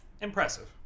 impressive